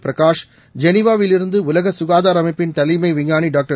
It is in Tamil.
பிரகாஷ் ஜெனீவாவில் இருந்து உலக சுகாதார அமைப்பின் தலைமை விஞ்ஞானி டாக்டர்